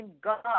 God